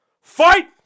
Fight